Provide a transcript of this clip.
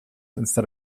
instead